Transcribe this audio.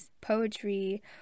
poetry